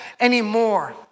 anymore